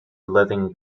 living